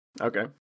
Okay